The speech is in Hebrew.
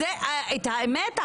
את האמת,